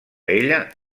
ella